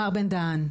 מר בן דהן.